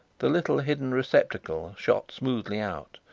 the little hidden receptacle shot smoothly out,